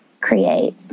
create